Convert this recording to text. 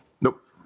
nope